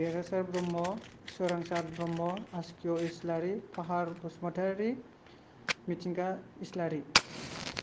देरहासार ब्रम्ह सोरांसात ब्रम्ह आसिकु इस्लारि पाहार बसुमतारि मिथिंगा इस्लारि